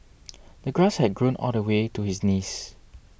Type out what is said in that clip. the grass had grown all the way to his knees